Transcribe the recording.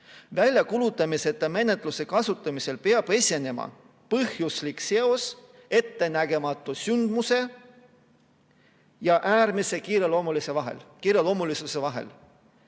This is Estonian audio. Väljakuulutamiseta menetluse kasutamisel peab esinema põhjuslik seos ettenägematu sündmuse ja äärmise kiireloomulisuse vahel.